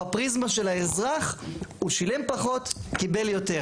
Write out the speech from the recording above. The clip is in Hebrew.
בפריזמה של האזרח הוא שילם פחות, קיבל יותר.